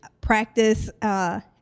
practice